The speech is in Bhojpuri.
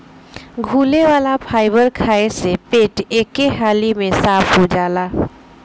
घुले वाला फाइबर खाए से पेट एके हाली में साफ़ हो जाला